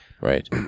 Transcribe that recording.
Right